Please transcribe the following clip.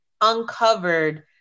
uncovered